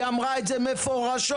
אמרה זאת מפורשות.